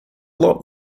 lot